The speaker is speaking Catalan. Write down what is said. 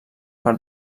per